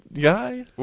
guy